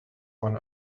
when